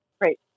Great